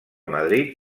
madrid